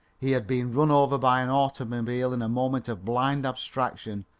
he had been run over by an automobile in a moment of blind abstraction,